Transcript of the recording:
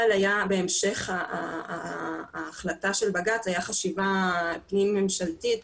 אבל בהמשך ההחלטה של בג"צ הייתה חשיבה פנים ממשלתית